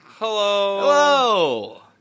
Hello